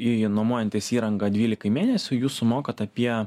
į nuomojantis įrangą dvylikai mėnesių jūs sumokat apie